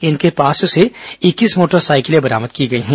इनके पास से इक्कीस मोटरसाइकिलें बरामद की गई हैं